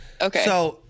Okay